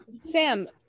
sam